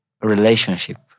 relationship